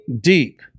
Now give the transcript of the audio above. deep